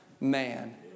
man